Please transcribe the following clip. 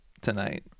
tonight